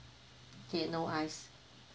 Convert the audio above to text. okay no ice